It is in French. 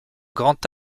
grand